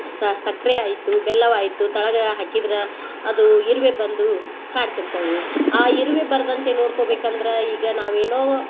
ಸ ಸಕ್ರಿ ಆಯಿತು ಬೆಲ್ಲವಾಯಿತು ತಳಗ ಹಾಕಿದ್ರೆ ಅದು ಇರುವೆ ಬಂದು ಕಾಡ್ತಿರ್ತವು ಆ ಇರುವೆ ಬರದಂತೆ ನೋಡ್ಕೊಬೇಕಂದ್ರೆ ಈಗ ನಾವೇನೋವ್